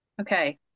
okay